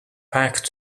pak